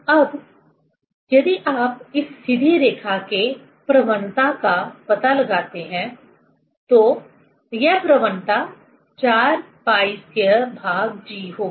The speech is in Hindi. अब यदि आप इस सीधी रेखा के प्रवणता का पता लगाते हैं तो यह प्रवणता 4π2g होगी